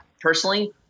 personally